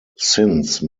since